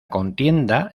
contienda